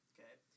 Okay